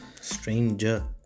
Stranger